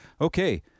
Okay